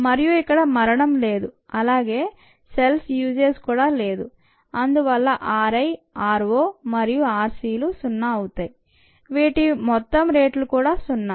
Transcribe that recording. మరియు ఇక్కడ మరణం లేదు అలాగే కసెల్స్ యూసేజ్ కూడా లేదు అందువల్ల r i r o మరియు r c లు 0 వీటి మొత్తం రేట్లు కూడా సున్నా